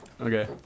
Okay